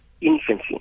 infancy